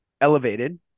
elevated